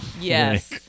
Yes